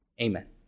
Amen